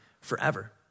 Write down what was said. forever